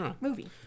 movie